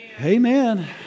Amen